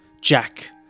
Jack